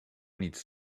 needs